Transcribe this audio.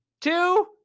Two